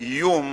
איום